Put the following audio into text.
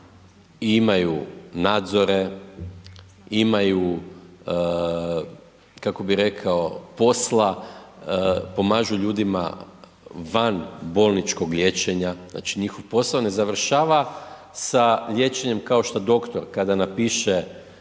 imaju nadzore, imaju, kako bi rekao, posla, pomažu ljudima van bolničkog liječenja, znači njihov posao ne završava sa liječenjem kao što doktor kada napiše